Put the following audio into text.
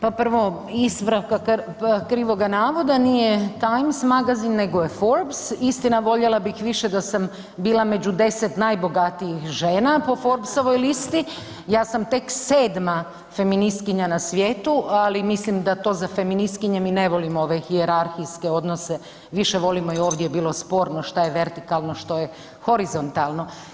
Pa prvo ispravka, … krivoga navoda, nije „Time“ magazin nego je „Forbes“, istina voljela bih više da sam bila među 10 najbogatijih žena po Forbsovoj listi, ja sam tek 7. feministkinja na svijetu, ali mislim da to za feministkinje mi ne volimo ove hijerarhijske odnose, više volimo i ovdje je bilo sporno šta je vertikalno, što je horizontalno.